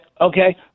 Okay